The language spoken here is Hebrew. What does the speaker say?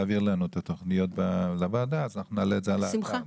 להעביר לוועדה את התוכניות ואנחנו נעלה אותן אל האתר.